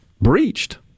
breached